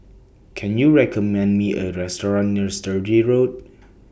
Can YOU recommend Me A Restaurant near Sturdee Road